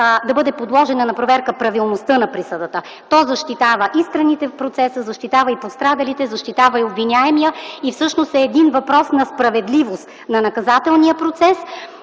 да бъде подложена на проверка правилността на присъдата. Тя защитава и страните в процеса, защитава и пострадалите, защитава и обвиняемия и всъщност е въпрос на справедливост на наказателния процес